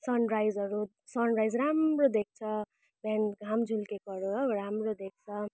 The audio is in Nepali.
सनराइजहरू सनराइज राम्रो देख्छ बिहान घाम झुल्केकोहरू हो राम्रो देख्छ